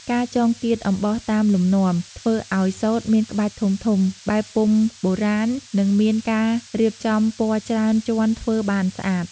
ការចងគាតអំបោះតាមលំនាំ ធ្វើឲ្យសូត្រមានក្បាច់ធំៗ បែបពុម្ពបុរាណ និងមានការរៀបចំពណ៌ច្រើនជាន់ធ្វើបានស្អាត។